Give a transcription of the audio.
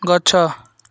ଗଛ